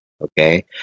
Okay